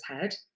head